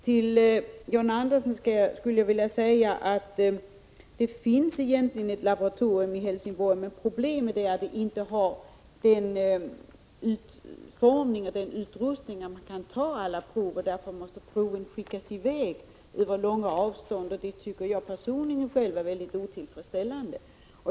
Till John Andersson vill jag säga att det egentligen finns ett laboratorium i Helsingborg, men problemet är att det inte har sådan utrustning att man där kan ta alla prov. Därför måste dessa skickas i väg över långa avstånd, och det tycker jag personligen är otillfredsställande.